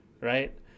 right